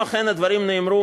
אם אכן הדברים נאמרו,